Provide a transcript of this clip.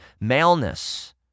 maleness